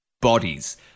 Bodies